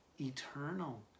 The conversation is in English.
eternal